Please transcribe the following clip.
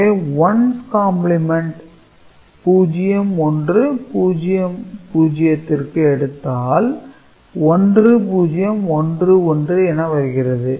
எனவே 1's complement 0100 ற்கு எடுத்தால் 1011 என வருகிறது